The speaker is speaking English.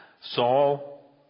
Saul